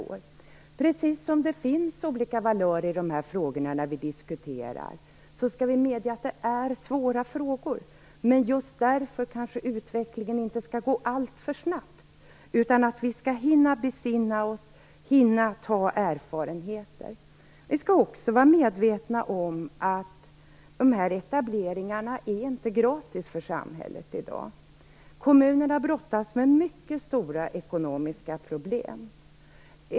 Liksom det finns olika valörer i de frågor som vi diskuterar skall vi också medge att det är svåra frågor. Men just därför kanske utvecklingen inte skall gå alltför snabbt så att vi inte hinner besinna oss och få erfarenheter. Vi skall också vara medvetna om att de här etableringarna inte är gratis för samhället i dag. Kommunerna brottas med mycket stora ekonomiska problem.